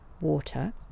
water